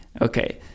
Okay